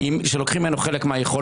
זה אותו כלי שלוקחים ממנו חלק מהיכולות,